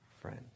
friend